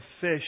fish